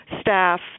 staff